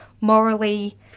morally